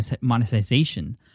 monetization